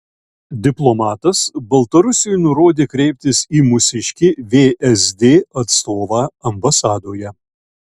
diplomatas baltarusiui nurodė kreiptis į mūsiškį vsd atstovą ambasadoje